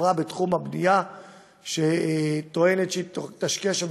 לחברה בתחום הבנייה שטוענת שהיא תשקיע שם